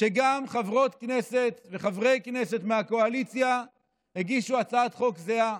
שגם חברות כנסת וחברי כנסת מהקואליציה הגישו הצעת חוק זהה,